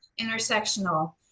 intersectional